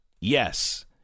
yes